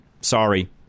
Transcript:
Sorry